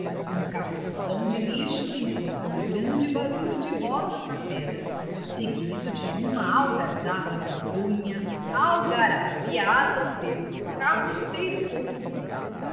um carroção de lixo entrou com grande barulho de rodas na pedra seguido de uma algazarra medonha algaraviada pelo carroceiro contra o burro